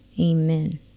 Amen